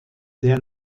der